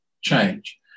change